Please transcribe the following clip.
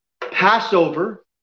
Passover